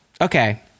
okay